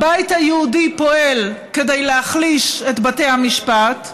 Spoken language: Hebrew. הבית היהודי פועל כדי להחליש את בתי המשפט,